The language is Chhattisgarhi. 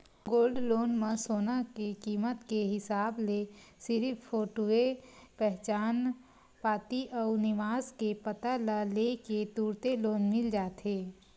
गोल्ड लोन म सोना के कीमत के हिसाब ले सिरिफ फोटूए पहचान पाती अउ निवास के पता ल ले के तुरते लोन मिल जाथे